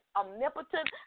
omnipotent